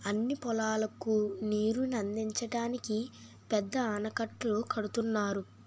అన్ని పొలాలకు నీరుని అందించడానికి పెద్ద ఆనకట్టలు కడుతున్నారు